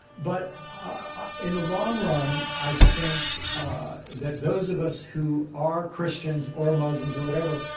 but in the long run, i think that those of us who are christians or muslims or whatever,